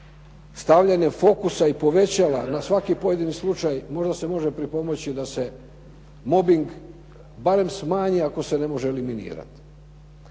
stavljanju fokusa i povećala na svaki pojedini slučaj, možda se može pripomoći da se mobing barem smanji ako se ne može eliminirati.